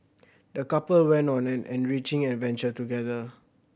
the couple went on an enriching adventure together